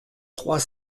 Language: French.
trois